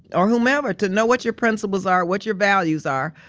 or whomever to know what your principles are, what your values are.